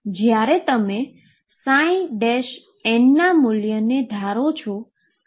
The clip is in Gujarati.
જ્યારે તમે N મુલ્યને ધારો છો